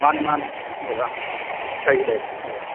ꯃꯥꯅꯦ ꯃꯥꯅꯦ ꯑꯣꯖꯥ ꯀꯩ ꯂꯩꯔꯦ ꯑꯣꯖꯥ